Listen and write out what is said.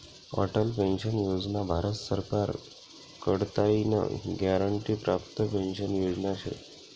Atal pension Yojana Bharat सरकार कडताईन guarantee प्राप्त पेंशन योजना शे